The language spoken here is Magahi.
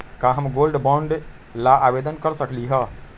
का हम गोल्ड बॉन्ड ला आवेदन कर सकली ह?